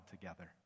together